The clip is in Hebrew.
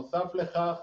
נוסף לכך,